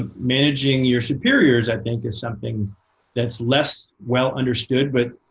ah managing your superiors, i think, is something that's less well understood, but